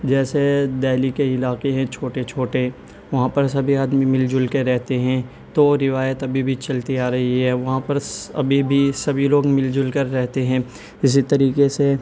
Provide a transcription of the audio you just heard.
جیسے دہلی کے علاقے ہیں چھوٹے چھوٹے وہاں پر سبھی آدمی مل جل کے رہتے ہیں تو روایت ابھی بھی چلتی آ رہی ہے وہاں پر ابھی بھی سبھی لوگ مل جل کر رہتے ہیں اسی طریقے سے